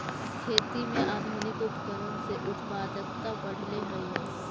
खेती में आधुनिक उपकरण से उत्पादकता बढ़ले हइ